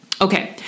Okay